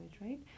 right